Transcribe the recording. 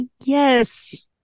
yes